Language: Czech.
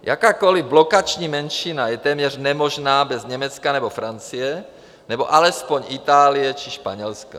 Jakákoli blokační menšina je téměř nemožná bez Německa nebo Francie nebo alespoň Itálie či Španělska.